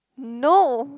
no